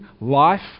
life